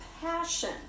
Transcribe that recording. passion